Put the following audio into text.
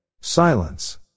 Silence